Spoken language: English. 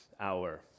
hour